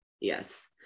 yes